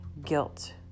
Guilt